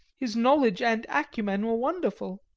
his knowledge and acumen were wonderful.